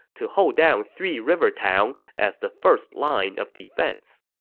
to hold down three river town as the first line of defense